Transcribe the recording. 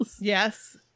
Yes